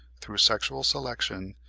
through sexual selection,